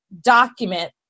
document